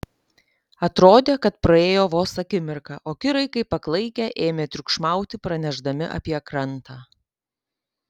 atrodė kad praėjo vos akimirka o kirai kaip paklaikę ėmė triukšmauti pranešdami apie krantą